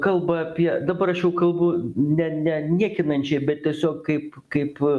kalba apie dabar aš jau kalbu ne ne niekinančiai bet tiesiog kaip kaip